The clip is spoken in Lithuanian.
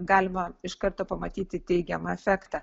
galima iš karto pamatyti teigiamą efektą